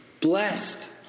blessed